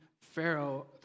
Pharaoh